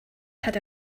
had